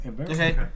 Okay